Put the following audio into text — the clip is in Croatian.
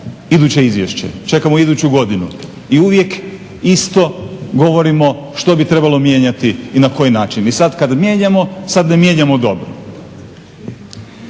iduće izvješće, čekamo iduću godinu i uvijek isto govorimo što bi trebalo mijenjati i na koji način. I sada kada mijenjamo sada ne mijenjamo dobro.